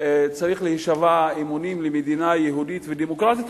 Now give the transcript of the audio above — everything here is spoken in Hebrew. צריך להישבע אמונים למדינה יהודית ודמוקרטית.